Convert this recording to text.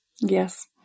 Yes